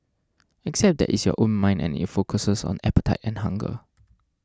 except that it's your own mind and it focuses on appetite and hunger